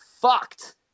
fucked